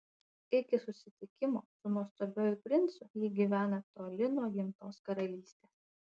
iki susitikimo su nuostabiuoju princu ji gyvena toli nuo gimtos karalystės